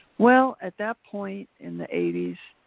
well, at that point in the eighty s,